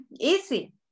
easy